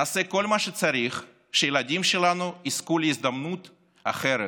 נעשה כל מה שצריך שהילדים שלנו יזכו להזדמנות אחרת,